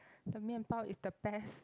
the 面包 is the best